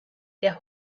der